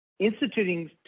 instituting